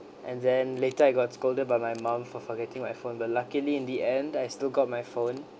and then later I got scolded by my mum for forgetting my phone but luckily in the end I still got my phone